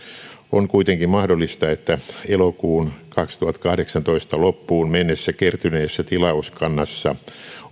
on kuitenkin mahdollista että elokuun kaksituhattakahdeksantoista loppuun mennessä kertyneessä tilauskannassa